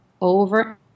over